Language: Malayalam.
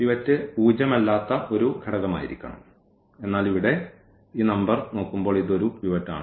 പിവറ്റ് പൂജ്യമല്ലാത്ത ഒരു ഘടകമായിരിക്കണം എന്നാൽ ഇവിടെ ഈ നമ്പർ നോക്കുമ്പോൾ ഇത് ഒരു പിവറ്റ് ആണ്